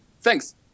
Thanks